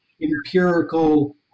empirical